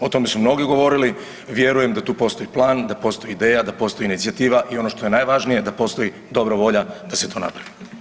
O tome su mnogi govorili, vjerujem da tu postoji plan, da postoji ideja, da postoji inicijativa i ono što je najvažnije da postoji dobra volja da se to napravi.